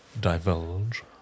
divulge